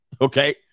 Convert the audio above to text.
okay